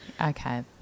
Okay